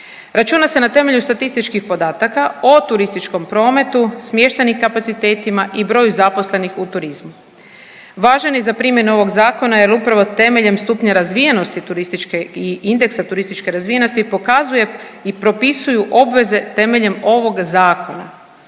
Računa se na temelju statističkih podataka o turističkom prometu, smještajnim kapacitetima i broju zaposlenih u turizmu. Važan je za primjenu ovog zakona jer upravo temeljem stupnja razvijenosti turističke i indeksa turističke razvijenosti pokazuje i propisuju obveze temeljem ovog zakona.